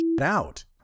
out